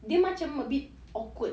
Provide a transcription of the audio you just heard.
dia macam a bit awkward